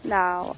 now